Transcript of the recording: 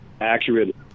accurate